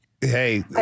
Hey